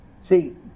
See